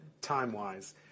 time-wise